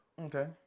okay